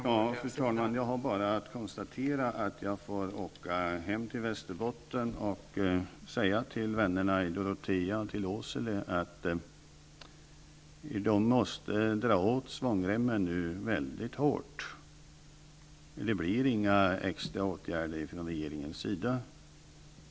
Fru talman! Jag har bara att konstatera att jag får åka hem till Västerbotten och säga till vännerna i Dorotea och i Åsele att de nu måste dra åt svångremmen väldigt hårt. Det blir inga extra åtgärder från regeringens sida.